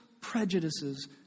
prejudices